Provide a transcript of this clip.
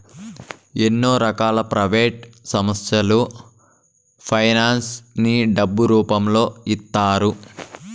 ఎన్నో రకాల ప్రైవేట్ సంస్థలు ఫైనాన్స్ ని డబ్బు రూపంలో ఇస్తాయి